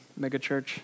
megachurch